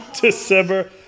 December